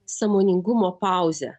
sąmoningumo pauzę